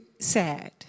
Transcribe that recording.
sad